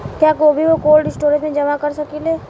क्या गोभी को कोल्ड स्टोरेज में जमा कर सकिले?